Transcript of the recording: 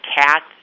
cat